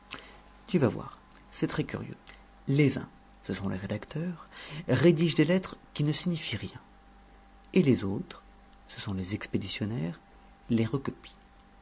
tu vas voir c'est très curieux les uns ce sont les rédacteurs rédigent des lettres qui ne signifient rien et les autres ce sont les expéditionnaires les recopient